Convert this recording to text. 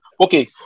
okay